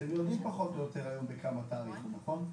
אתם יודעים פחות או יותר היום בכמה תאריכו, נכון?